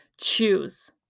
choose